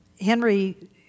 Henry